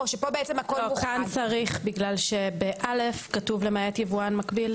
פה צריך כי ב-(א) כתוב: למעט יבואן מגביל.